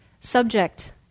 subject